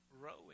growing